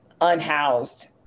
unhoused